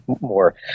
more